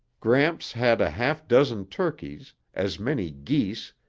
gramps had a half-dozen turkeys, as many geese,